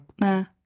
No